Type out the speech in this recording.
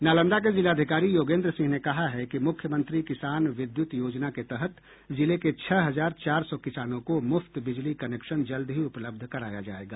नालंदा के जिलाधिकारी योगेन्द्र सिंह ने कहा है कि मुख्यमंत्री किसान विद्युत योजना के तहत जिले के छह हजार चार सौ किसानों को मुफ्त बिजली कनेक्शन जल्द ही उपलब्ध कराया जायेगा